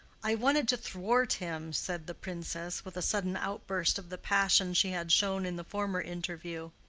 i wanted to thwart him, said the princess, with a sudden outburst of the passion she had shown in the former interview.